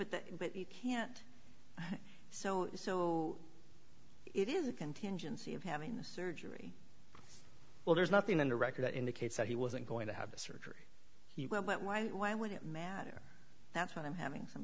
but that but you can't so so it is a contingency of having the surgery well there's nothing in the record that indicates that he wasn't going to have the surgery but why why would it matter that's what i'm having some